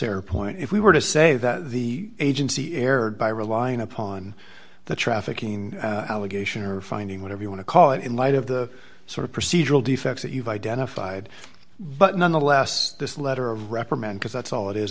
error point if we were to say that the agency erred by relying upon the trafficking allegation or finding whatever you want to call it in light of the sort of procedural defects that you've identified but nonetheless this letter of reprimand because that's all it is